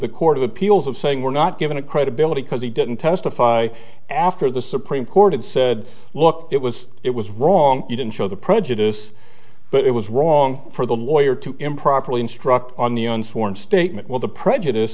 the court of appeals of saying we're not given a credibility because he didn't testify after the supreme court and said look it was it was wrong you didn't show the prejudice but it was wrong for the lawyer to improperly instruct on the on sworn statement will the prejudice